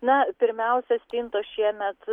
na pirmiausia stintos šiemet